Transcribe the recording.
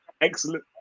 Excellent